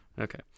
Okay